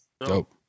Dope